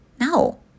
No